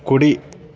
కుడి